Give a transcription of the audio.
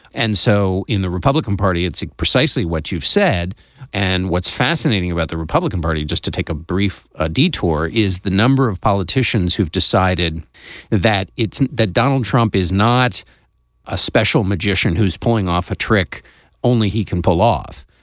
and so in the republican party, it's precisely what you've said and what's fascinating about the republican party, just to take a brief ah detour, is the number of politicians who've decided that it's that donald trump is not a special magician who's pulling off a trick only he can pull off.